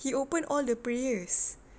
he open all the prayers